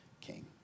king